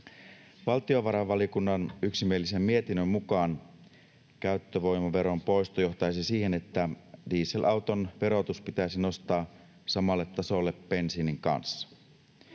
Valtiovarainvaliokunnan yksimielisen mietinnön mukaan käyttövoimaveron poisto johtaisi siihen, että dieselauton verotus pitäisi nostaa samalle tasolle bensiinin kanssa.